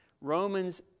Romans